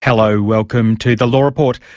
hello, welcome to the law report.